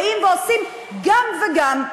באים ועושים גם וגם: